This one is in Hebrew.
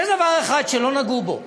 יש דבר אחד שלא נגעו בו: